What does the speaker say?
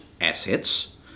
assets